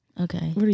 okay